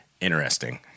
interesting